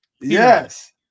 Yes